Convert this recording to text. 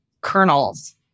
kernels